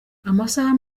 amasaha